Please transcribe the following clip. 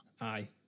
Aye